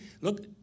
look